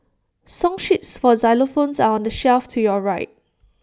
song sheets for xylophones are on the shelf to your right